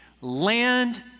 land